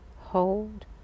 hold